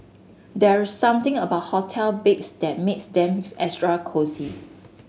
there something about hotel beds that makes them extra cosy